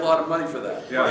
a lot of money for that you know